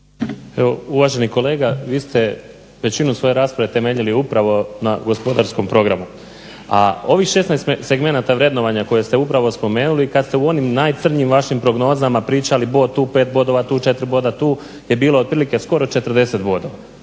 Evo uvaženi kolega vi ste većinu svoje rasprave temeljili upravo na gospodarskom programu, a ovih 16 segmenata vrednovanja koje ste upravo spomenuli kad ste u onim najcrnjim vašim prognozama pričali bod tu, pet bodova tu, četiri boda tu je bilo otprilike skoro 40 bodova